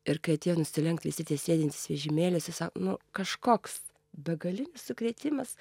ir kai atėjo nusilenkt visi tie sėdintys vežimėliuose sa nu kažkoks begalinis sukrėtimas